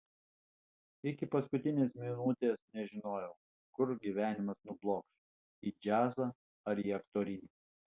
iki paskutinės minutės nežinojau kur gyvenimas nublokš į džiazą ar į aktorinį